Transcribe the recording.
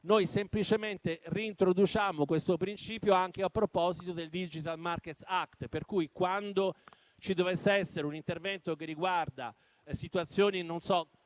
semplicemente reintroduciamo questo principio anche a proposito del Digital markets act, per cui quando ci dovesse essere un intervento che riguarda situazioni ad